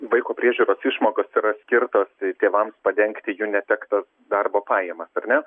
vaiko priežiūros išmokos yra skirtos tėvams padengti jų netektas darbo pajamas ar ne